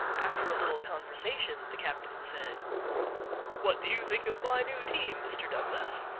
after a little conversation the captain said what do you think of my new team, mr. douglas?